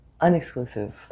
Unexclusive